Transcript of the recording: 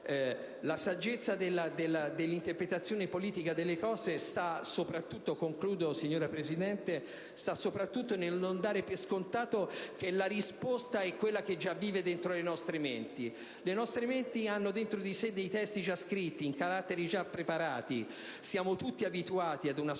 La saggezza dell'interpretazione politica delle cose sta soprattutto nel non dare per scontato che la risposta è quella che già vive dentro le nostre menti: le nostre menti hanno dentro di sé dei testi già scritti in caratteri già preparati; siamo tutti abituati ad una sorta